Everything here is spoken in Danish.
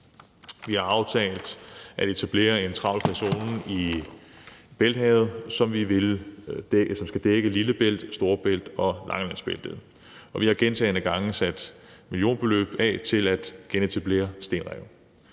Vi har aftalt at etablere en trawlfri zone i Bælthavet, som skal dække Lillebælt, Storebælt og Langelandsbælt. Og vi har gentagne gange sat millionbeløb af til at genetablere stenrev.